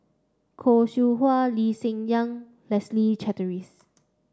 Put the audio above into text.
Khoo Seow Hwa Lee Hsien Yang Leslie Charteris